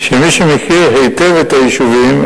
שמי שמכיר היטב את היישובים,